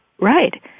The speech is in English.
Right